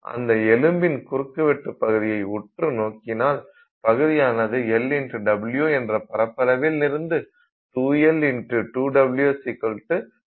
அந்த எலும்பின் குறுக்குவெட்டு பகுதியை உற்று நோக்கினால் பகுதியானது LW என்ற பரப்பளவில் இருந்து 2 L2W 4LW ஆக மாறுகிறது